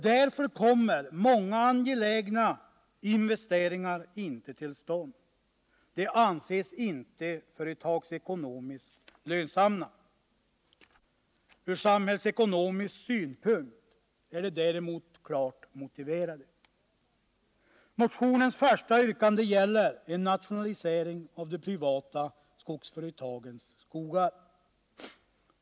Därför kommer många angelägna investeringar inte till stånd — de anses inte företagsekonomiskt lönsamma. Från samhällsekonomisk synpunkt är de däremot klart motiverade. Motionens första yrkande gäller en nationalisering av de privata skogsföretagens skogar.